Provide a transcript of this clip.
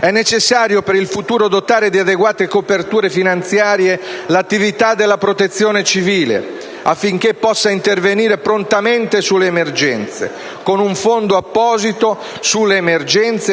È necessario per il futuro dotare di adeguate coperture finanziarie l'attività della protezione civile, affinché possa intervenire prontamente sulle emergenze, con un fondo apposito,